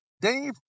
Dave